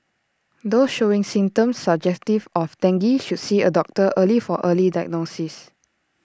those showing symptoms suggestive of dengue should see A doctor early for early diagnosis